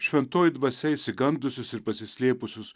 šventoji dvasia išsigandusius ir pasislėpusius